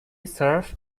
serves